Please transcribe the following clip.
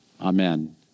Amen